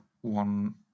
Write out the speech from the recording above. one